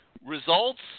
Results